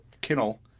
kennel